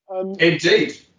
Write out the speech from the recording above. Indeed